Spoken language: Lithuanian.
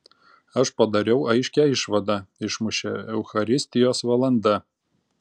aš padariau aiškią išvadą išmušė eucharistijos valanda